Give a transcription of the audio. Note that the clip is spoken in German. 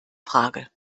frage